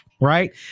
Right